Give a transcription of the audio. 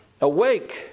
Awake